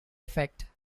effect